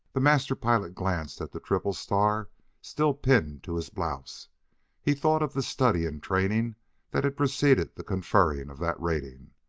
the master pilot glanced at the triple star still pinned to his blouse he thought of the study and training that had preceded the conferring of that rating,